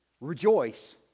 Rejoice